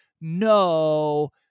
No